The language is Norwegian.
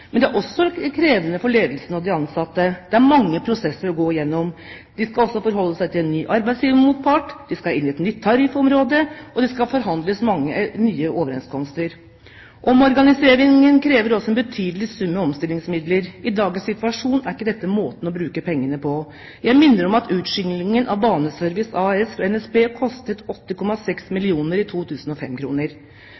men det er også krevende for ledelsen og de ansatte. Det er mange prosesser å gå igjennom. De skal forholde seg til en ny arbeidsgivermotpart, de skal inn i et nytt tariffområde, og det skal forhandles om mange nye overenskomster. Omorganiseringen krever også en betydelig sum i omstillingsmidler. I dagens situasjon er ikke dette måten å bruke pengene på. Jeg minner om at utskillingen av Baneservice AS fra NSB kostet